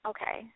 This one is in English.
Okay